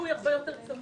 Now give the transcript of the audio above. ליווי הרבה יותר צמוד.